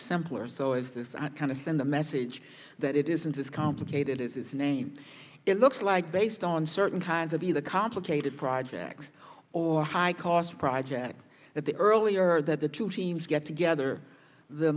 simpler so is this kind of send the message that it isn't as complicated as its name it looks like based on certain kinds of the the complicated projects or high cost projects that the earlier that the two teams get together the